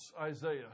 Isaiah